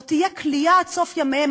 זאת תהיה כליאה עד סוף ימיהם.